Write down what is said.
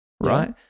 right